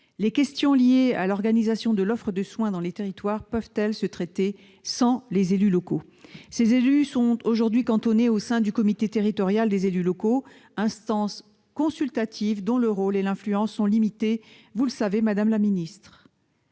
Les questions liées à l'organisation de l'offre de soins dans les territoires peuvent-elles se traiter sans les élus locaux ? Ces élus sont aujourd'hui cantonnés au sein du comité territorial des élus locaux, instance consultative dont le rôle et l'influence sont limités. La qualité des soins